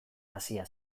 hasia